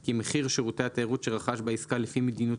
כי מחיר שירותי התיירות שרכש בעסקה לפי מדיניות